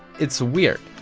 it's weird,